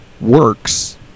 works